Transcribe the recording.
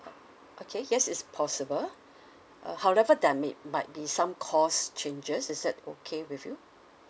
okay yes it's possible uh however they may might be some cost changes is that okay with you